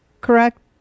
Correct